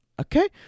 okay